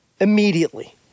immediately